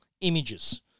images